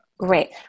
Great